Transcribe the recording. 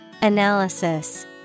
Analysis